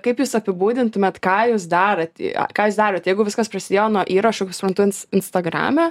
kaip jūs apibūdintumėt ką jūs darot ką jūs darot jeigu viskas prasidėjo nuo įrašų kaip suprantu ins instargrame